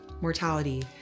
mortality